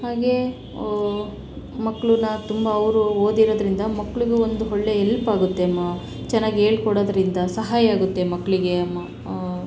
ಹಾಗೇ ಮಕ್ಳನ್ನ ತುಂಬ ಅವರು ಓದಿರೋದ್ರಿಂದ ಮಕ್ಳಿಗೂ ಒಂದು ಒಳ್ಳೇ ಎಲ್ಪ್ ಆಗುತ್ತೆ ಮಾ ಚೆನ್ನಾಗಿ ಹೇಳ್ಕೊಡೋದ್ರಿಂದ ಸಹಾಯ ಆಗುತ್ತೆ ಮಕ್ಕಳಿಗೆ ಅಮ್ಮ